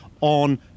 on